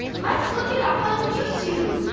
let's look it up on youtube!